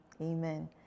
amen